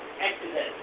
Exodus